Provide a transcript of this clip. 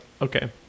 okay